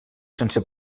sense